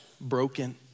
broken